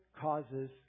causes